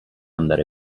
andare